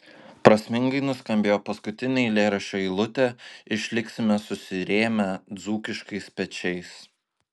prasmingai nuskambėjo paskutinė eilėraščio eilutė išliksime susirėmę dzūkiškais pečiais